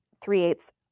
three-eighths